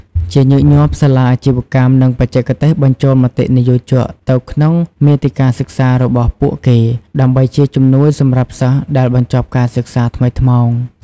ជាញឹកញាប់ សាលាអាជីវកម្ម និងបច្ចេកទេសបញ្ចូលមតិនិយោជកទៅក្នុងមាតិកាសិក្សារបស់ពួកគេ ដើម្បីជាជំនួយសម្រាប់សិស្សដែលបញ្ចប់ការសិក្សាថ្មីថ្មោង។។